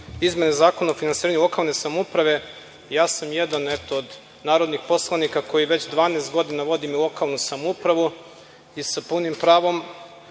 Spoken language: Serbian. izmene Zakona o finansiranju lokalne samouprave. Ja sam jedan od narodnih poslanika koji već 12 godina vodim lokalnu samoupravu i sa punim pravom